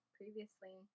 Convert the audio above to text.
previously